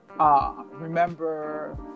Remember